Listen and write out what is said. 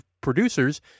producers